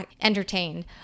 entertained